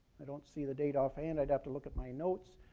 i don't see the date offhand. i'd have to look at my notes.